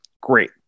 Great